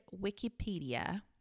Wikipedia